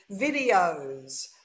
videos